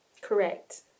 correct